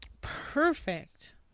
Perfect